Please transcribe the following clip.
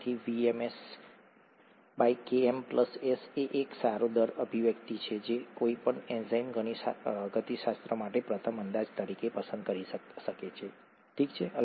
તેથી VMS Km S એ એક સારો દર અભિવ્યક્તિ છે જે કોઈ પણ એન્ઝાઇમ ગતિશાસ્ત્ર માટે પ્રથમ અંદાજ તરીકે પસંદ કરી શકે છે ઠીક છે